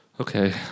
Okay